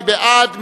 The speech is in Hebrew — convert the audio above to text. מי בעד?